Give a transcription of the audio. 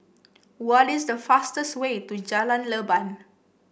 what is the fastest way to Jalan Leban